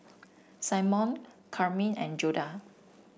Simone Karyme and Judah